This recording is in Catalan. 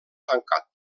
tancat